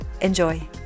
Enjoy